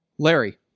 Larry